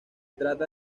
trata